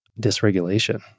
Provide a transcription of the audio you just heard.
dysregulation